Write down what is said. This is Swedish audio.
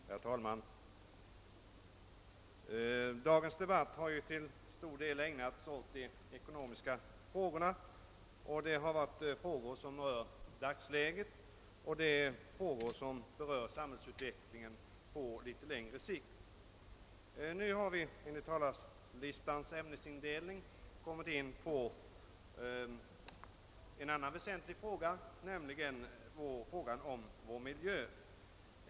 Herr talman! Dagens debatt har till stor del ägnats åt de ekonomiska frågorna. Det har varit frågor som rör dagens läge och frågor som berör sambhällsutvecklingen på litet längre sikt. Nu har vi enligt talarlistans ämnesindelning kommit in på en annan väsentlig fråga, nämligen frågan om vår miljö.